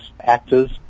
actors